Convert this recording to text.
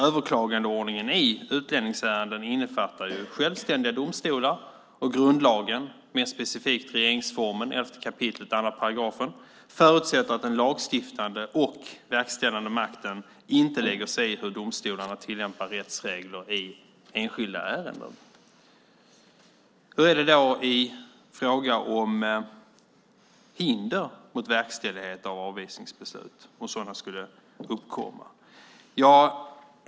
Överklagandeordningen i utlänningsärenden innefattar ju självständiga domstolar, och grundlagen, mer specifikt regeringsformens 11 kap. 2 §, förutsätter att den lagstiftande och verkställande makten inte lägger sig i hur domstolarna tillämpar rättsregler i enskilda ärenden. Hur är det då i fråga om hinder mot verkställighet av avvisningsbeslut om sådana skulle uppkomma?